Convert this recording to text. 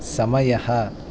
समयः